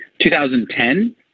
2010